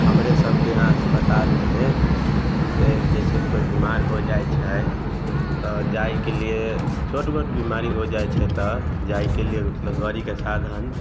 हमरे सबके यहाँ अस्पतालमे से जइसे कोइ बिमाड़ हो जाइ छै तऽ जायके लिये छोट मोट बिमाड़ी हो जाइ छै तऽ जायके लिये मतलब गड़ीके साधन